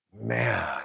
Man